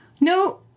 No